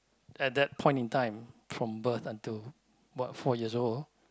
at that point in time from birth until what four years old